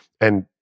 And-